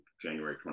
january